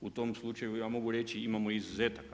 U tom slučaju ja mogu reći imamo izuzetaka.